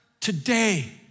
today